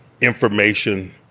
information